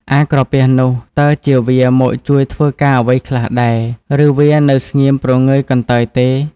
អាក្រពះនោះតើជាវាមក ជួយធ្វើការអ្វីខ្លះដែរ ឬវានៅស្ងៀមព្រងើយកន្តើយទេ ?